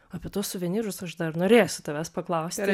apie tuos suvenyrus aš dar dar norėsiu tavęs paklausti